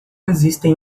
existem